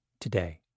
today